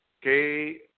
que